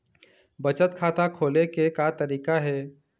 बचत खाता खोले के का तरीका हे?